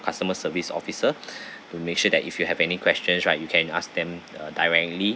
customer service officer to make sure that if you have any questions right you can ask them uh directly